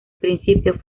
principio